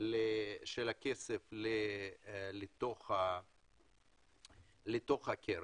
של הכסף לתוך הקרן,